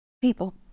people